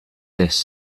this